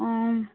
ও